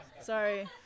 sorry